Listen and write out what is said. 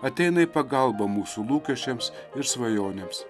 ateina į pagalbą mūsų lūkesčiams ir svajonėms